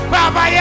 Baba